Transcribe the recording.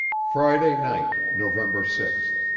friday night, november sixth.